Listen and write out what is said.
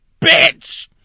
bitch